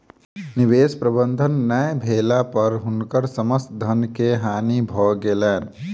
निवेश प्रबंधन नै भेला पर हुनकर समस्त धन के हानि भ गेलैन